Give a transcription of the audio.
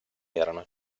erano